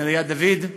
נריה דוד,